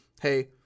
hey